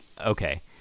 Okay